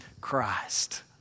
Christ